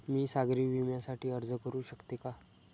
मी सागरी विम्यासाठी अर्ज करू शकते का?